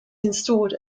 installed